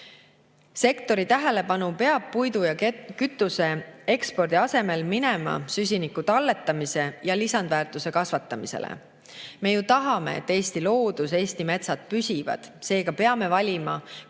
Sektori tähelepanu peab puidu ja kütuse ekspordi asemel minema süsiniku talletamise ja lisandväärtuse kasvatamisele. Me ju tahame, et Eesti loodus ja Eesti metsad püsivad, seega peame valima, kuidas